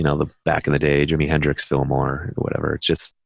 you know the back in the day jimi hendrix fillmore or whatever, it's just,